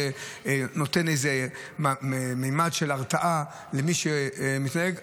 זה נותן ממד של הרתעה למי שמתנהג,